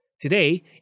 today